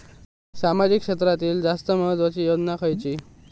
सामाजिक क्षेत्रांतील जास्त महत्त्वाची योजना खयची?